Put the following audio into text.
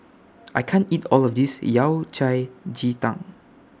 I can't eat All of This Yao Cai Ji Tang